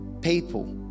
people